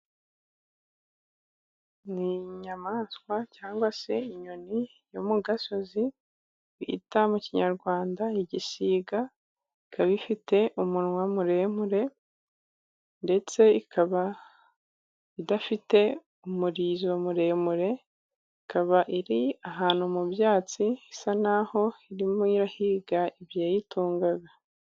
Ni inyamaswa cyangwa se inyoni yo mu gasozi bita mu kinyarwanda igisiga. Ikaba ifite umunwa muremure, ndetse ikaba idafite umurizo muremure. Ikaba iri ahantu mu byatsi, isa n'aho irimo irahiga ibyayitunga.